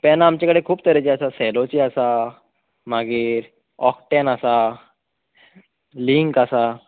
पेनां आमचे कडेन खूब तरेची आसा सेलोची आसा मागीर ओकटेन आसा लिंक आसा